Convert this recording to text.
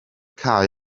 cae